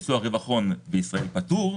רווח הון אצלו בישראל פטור.